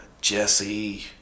Jesse